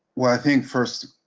well, i think first